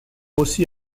aussi